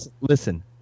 listen